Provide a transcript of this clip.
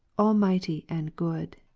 almighty and good,